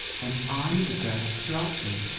and i'm the best jockey!